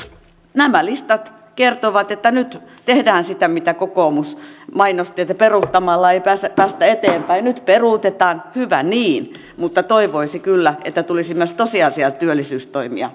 nämä listat kertovat että nyt tehdään sitä mistä kokoomus mainosti että peruuttamalla ei päästä eteenpäin nyt peruutetaan hyvä niin mutta toivoisi kyllä että tulisi myös tosiasiallisia työllisyystoimia